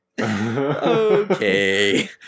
okay